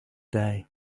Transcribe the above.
day